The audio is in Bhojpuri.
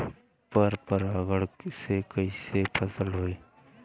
पर परागण से कईसे फसल होई?